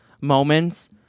moments